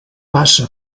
passa